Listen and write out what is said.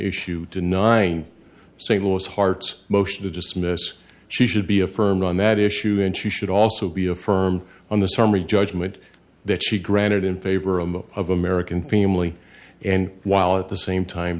issue to nine saying those hearts motion to dismiss she should be affirmed on that issue and she should also be a firm on the summary judgment that she granted in favor of the of american family and while at the same time